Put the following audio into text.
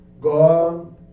God